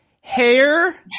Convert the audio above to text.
Hair